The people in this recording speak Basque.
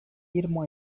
irmo